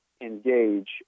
engage